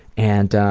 and